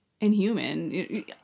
inhuman